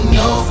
no